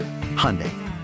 Hyundai